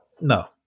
No